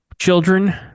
Children